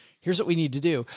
here's what we need to do.